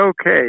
okay